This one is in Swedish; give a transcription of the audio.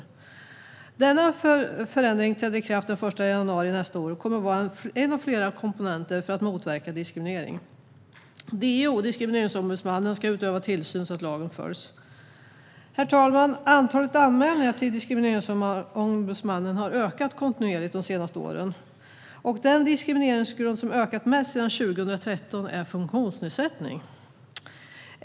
Denna förändring träder i kraft den 1 januari nästa år och kommer att vara en av flera komponenter för att motverka diskriminering. DO, Diskrimineringsombudsmannen, ska utöva tillsyn så att lagen följs. Herr talman! Antalet anmälningar till Diskrimineringsombudsmannen har ökat kontinuerligt de senaste åren, och den diskrimineringsgrund som ökat mest sedan 2013 är funktionsnedsättning.